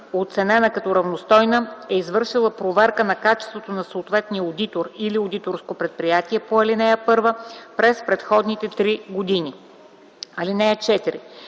оценена като равностойна, е извършила проверка на качеството на съответния одитор или одиторско предприятие по ал. 1 през предходните три години. (4)